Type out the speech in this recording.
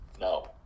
no